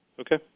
Okay